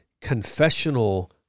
confessional